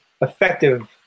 effective